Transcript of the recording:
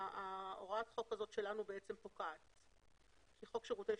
הוראת החוק הזאת שלנו פוקעת וחוק שירותי